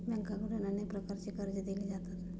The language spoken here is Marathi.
बँकांकडून अनेक प्रकारची कर्जे दिली जातात